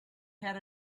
had